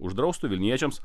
uždraustų vilniečiams